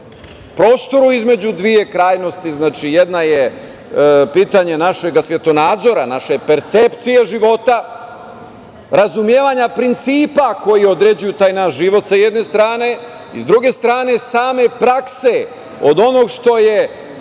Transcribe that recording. prostoru između dve krajnosti, znači, jedna je pitanje našeg svetonadzora, naše percepcije života, razumevanja principa koji određuju taj naš život sa jedne strane, i s druge strane, same prakse od onog što je